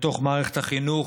בתוך מערכת החינוך.